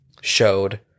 showed